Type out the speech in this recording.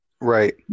Right